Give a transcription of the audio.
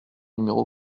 numéro